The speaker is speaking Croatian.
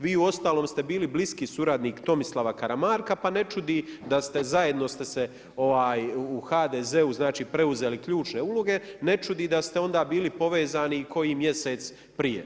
Vi uostalom ste bili bliski suradnik Tomislava Karamarka, pa ne čudi da ste zajedno ste se u HDZ-u znači preuzeli ključne uloge, ne čudi, da ste onda bili povezani koji mjesec prije.